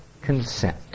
consent